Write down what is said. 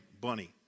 Bunny